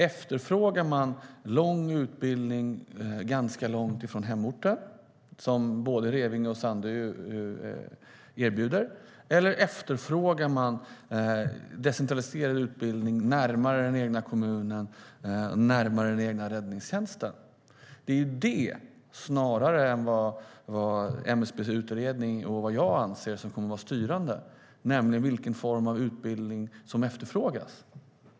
Efterfrågar man lång utbildning, ganska långt från hemorten, vilket både Revinge och Sandö erbjuder? Eller efterfrågar man decentraliserad utbildning närmare den egna kommunen, närmare den egna räddningstjänsten? Det är det - vilken form av utbildning som kommer att efterfrågas - snarare än vad MSB:s utredning och jag anser, som kommer att vara styrande.